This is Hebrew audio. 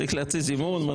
צריך להוציא זימון.